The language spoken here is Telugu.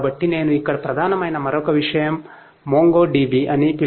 కాబట్టి నేను ఇక్కడ ప్రధానమైన మరొక విషయం మొంగోడిబి